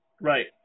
Right